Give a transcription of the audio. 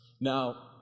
Now